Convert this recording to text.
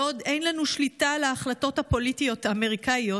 בעוד אין לנו שליטה על ההחלטות הפוליטיות האמריקאיות,